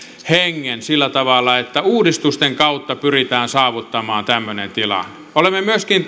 hengen sillä tavalla että uudistusten kautta pyritään saavuttamaan tämmöinen tila olemme myöskin